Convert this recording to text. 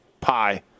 pie